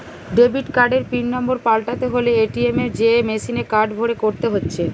debit কার্ডের pin number পাল্টাতে হলে এ.টি.এম এ যেয়ে মেসিনে কার্ড ভরে করতে হচ্ছে